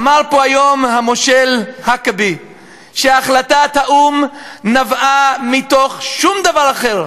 אמר פה היום המושל האקבי שהחלטת האו"ם נבעה מתוך שום דבר אחר,